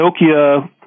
nokia